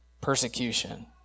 persecution